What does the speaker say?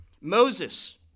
Moses